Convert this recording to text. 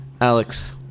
Alex